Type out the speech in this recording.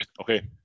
Okay